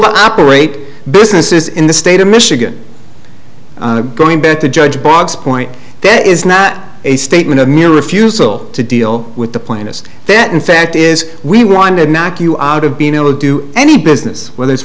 to operate businesses in the state of michigan going back to judge bob's point that is not a statement of mere refusal to deal with the plainest that in fact is we want to knock you out of being able to do any business whether it's